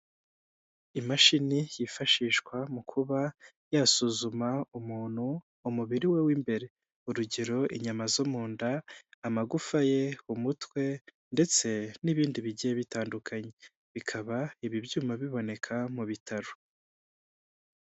Imashini yifashishwa mu kuba yasuzuma umuntu umubiri we w'imbere. Urugero inyama zo mu nda, amagufa ye, umutwe ndetse n'ibindi bigiye bitandukanye. Bikaba ibi byuma biboneka mu bitaro.